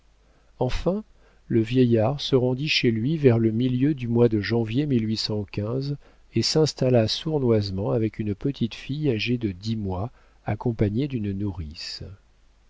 enfin le vieillard se rendit chez lui vers le milieu du mois de janvier et s'installa sournoisement avec une petite fille âgée de dix mois accompagnée d'une nourrice